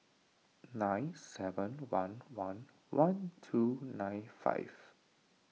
nine seven one one one two nine five